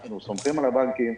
אנחנו סומכים על הבנקים,